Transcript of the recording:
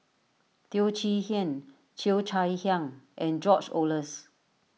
Teo Chee Hean Cheo Chai Hiang and George Oehlers